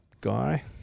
guy